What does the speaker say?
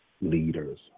leaders